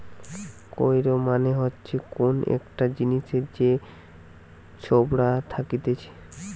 কৈর মানে হচ্ছে কোন একটা জিনিসের যে ছোবড়া থাকতিছে